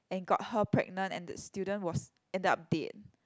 and got her pregnant and the student was ended up dead